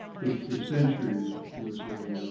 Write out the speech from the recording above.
which for centuries was a